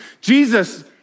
Jesus